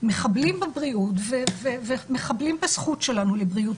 הם מחבלים בבריאות ומחבלים בזכות שלנו לבריאות.